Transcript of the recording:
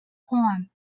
poem